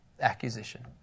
Accusation